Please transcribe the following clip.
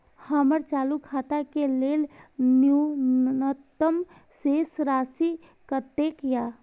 हमर चालू खाता के लेल न्यूनतम शेष राशि कतेक या?